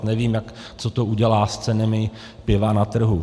Nevím, co to udělá s cenami piva na trhu.